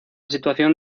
situación